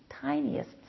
tiniest